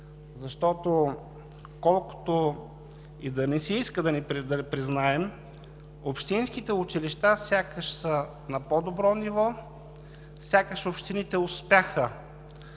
защото, колкото и да не ни се иска да признаем, общинските училища сякаш са на по добро ниво, сякаш общините успяха